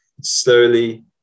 slowly